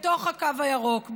בתוך הקו הירוק,